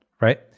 right